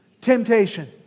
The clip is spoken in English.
Temptation